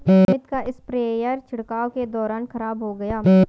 सुमित का स्प्रेयर छिड़काव के दौरान खराब हो गया